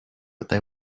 they